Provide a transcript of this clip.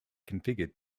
configured